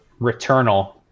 returnal